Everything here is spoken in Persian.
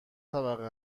طبقه